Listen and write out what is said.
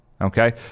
Okay